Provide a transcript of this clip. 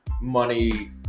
money